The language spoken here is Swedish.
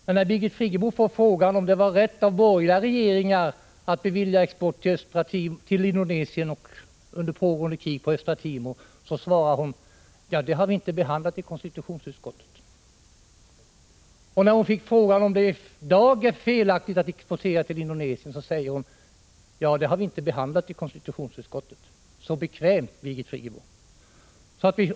Men när Birgit Friggebo fick frågan om det var rätt av borgerliga regeringar att bevilja export av vapen till Indonesien och till Östra Timor under pågående krig, svarade hon: Den frågan har vi inte behandlat i konstitutionsutskottet. När hon fick frågan om det i dag är felaktigt att exportera vapen till Indonesien, svarade hon: Den frågan har vi inte behandlat i konstitutionsutskottet. Så bekvämt, Birgit Friggebo.